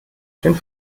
schön